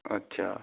अच्छा